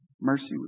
Mercy